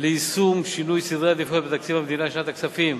ליישום שינוי סדרי העדיפויות בתקציב המדינה לשנת הכספים